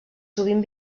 sovint